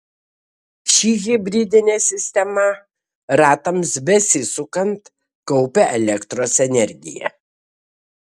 ši hibridinė sistema ratams besisukant kaupia elektros energiją